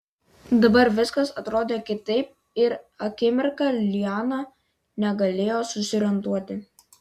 dabar viskas atrodė kitaip ir akimirką liana negalėjo susiorientuoti